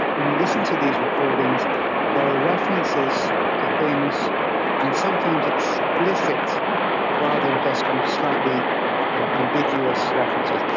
when you listen to these recordings there are references to things and sometimes explicit rather than just kind of slightly ambiguous references,